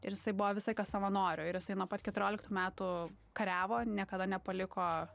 ir jisai buvo visą laiką savanoriu ir jisai nuo pat keturioliktų metų kariavo niekada nepaliko